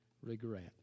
regret